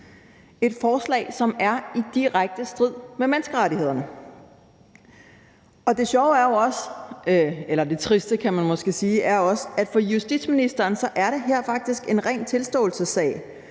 et forslag, som er i direkte strid med menneskerettighederne. Det sjove er jo også – eller det triste, kan man måske sige – at for justitsministeren er det her faktisk en ren tilståelsessag,